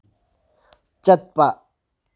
ꯆꯠꯄ